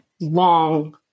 long